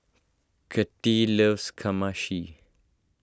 Kattie loves Kamameshi